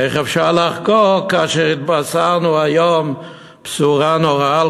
איך אפשר לחגוג כאשר התבשרנו היום בשורה נוראה על